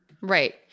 right